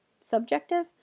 subjective